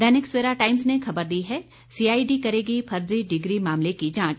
दैनिक Savera times ने खबर दी है सीआईडी करेगी फर्जी डिग्री मामले की जांच